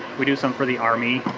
we do something for the army,